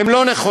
הם לא נכונים.